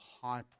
high